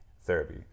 therapy